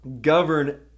govern